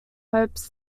hopes